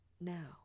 now